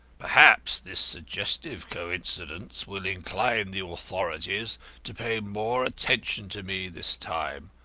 perhaps this suggestive coincidence will incline the authorities to pay more attention to me this time.